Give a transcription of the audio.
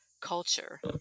culture